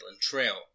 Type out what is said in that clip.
Trail